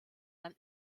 dann